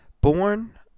Born